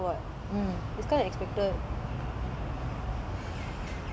somemore it's a superpower what it's kinda expected